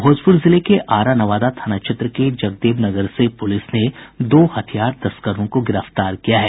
भोजपुर जिले के आरा नवादा थाना क्षेत्र के जगदेव नगर से पुलिस ने दो हथियार तस्करों को गिरफ्तार किया है